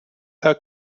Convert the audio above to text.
herr